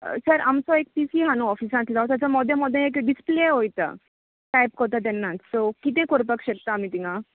sir आमचो एक P C हा न्हू ऑफीसांतलो ताजो मोदें मोदें डिसप्ले वोयता टायप कोत्ता तेन्ना सो किते करपाक शकता आमी थिंगा